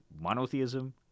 monotheism